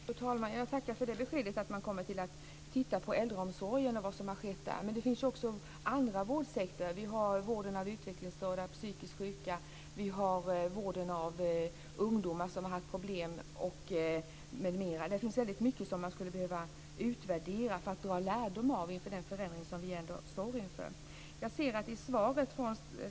Fru talman! Jag tackar för beskedet att man ska se över vad som har skett i äldreomsorgen. Men det finns också andra vårdsektorer. Vi har vården av utvecklingsstörda, psykiskt sjuka, ungdomar med problem m.m. Det finns mycket som skulle behöva utvärderas för att dra lärdom av inför de förändringar som kommer att ske.